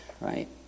right